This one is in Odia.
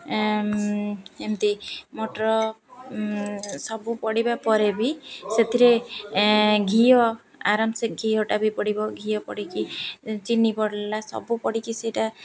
ଏମିତି ମଟର ସବୁ ପଡ଼ିବା ପରେ ବି ସେଥିରେ ଘିଅ ଆରାମସେ ଘିଅଟା ବି ପଡ଼ିବ ଘିଅ ପଡ଼ିକରି ଚିନି ପଡ଼ିଲା ସବୁ ପଡ଼ିକି ସେଇଟା